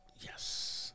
Yes